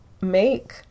make